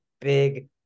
big